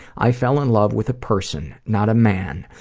i fell in love with a person, not a man.